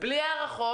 בלי הארכות.